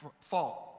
fault